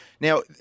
Now